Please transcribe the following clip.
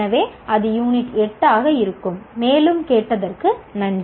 எனவே அது யூனிட் 8 ஆக இருக்கும் மேலும் கேட்டதற்கு நன்றி